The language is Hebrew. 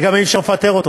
וגם אי-אפשר לפטר אותו,